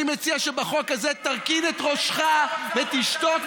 אני מציע שבחוק הזה תרכין את ראשך ותשתוק,